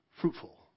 fruitful